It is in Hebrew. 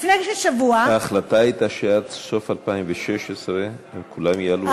לפני שבוע, ההחלטה הייתה שעד סוף 2016 כולם יעלו.